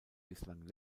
bislang